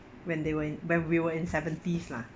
when they were in when we were in seventies lah